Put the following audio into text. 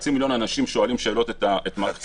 חצי מיליון אנשים שואלים שאלות את מערכת המרשם?